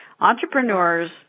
Entrepreneurs